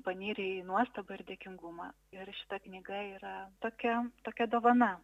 panyri į nuostabą ir dėkingumą ir šita knyga yra tokia tokia dovana